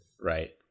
right